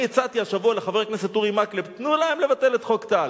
אני הצעתי השבוע לחבר הכנסת אורי מקלב: תנו להם לבטל את חוק טל,